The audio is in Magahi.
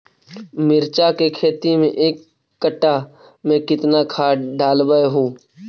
मिरचा के खेती मे एक कटा मे कितना खाद ढालबय हू?